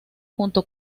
junto